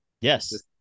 Yes